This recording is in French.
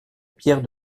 pierre